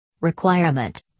Requirement